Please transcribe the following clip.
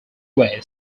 way